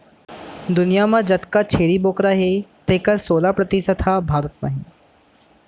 दुनियां म जतका छेरी बोकरा हें तेकर सोला परतिसत ह भारत म हे